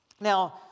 Now